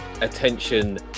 attention